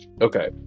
Okay